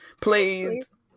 Please